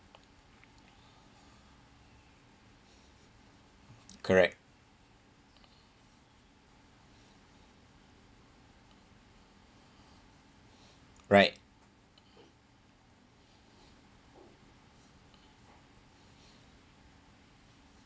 correct right